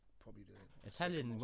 Italian